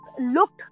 looked